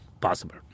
Possible